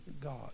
God